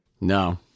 No